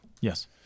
yes